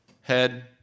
head